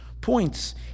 points